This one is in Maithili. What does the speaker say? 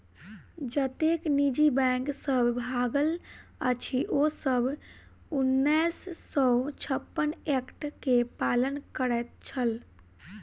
जतेक निजी बैंक सब भागल अछि, ओ सब उन्नैस सौ छप्पन एक्ट के पालन करैत छल